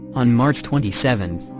on march twenty seven,